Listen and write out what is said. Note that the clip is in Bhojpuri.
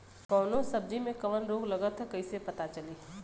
कौनो सब्ज़ी में कवन रोग लागल ह कईसे पता चली?